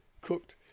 cooked